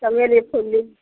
चमेली फूल ली